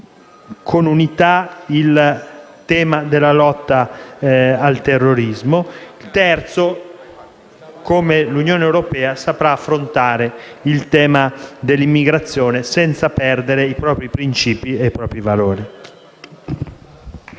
con unità il tema della lotta al terrorismo; in che modo l'Unione europea saprà affrontare il tema dell'immigrazione senza perdere i propri principi e valori.